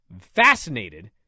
fascinated